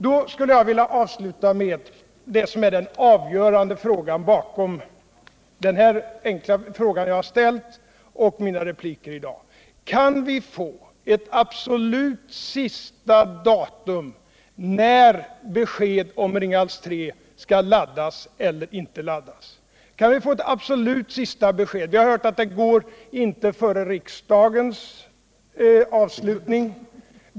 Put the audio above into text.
Jag skulle vilja avsluta med vad som är det avgörande bakom den enkla fråga jag ställt och mina repliker i dag. Kan vi få ett absolut sista datum för när besked om Ringhals 3 skall laddas eller inte laddas? Jag har hört att det inte går före riksdagens avslutning.